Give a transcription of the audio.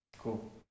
cool